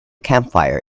campfire